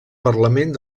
parlament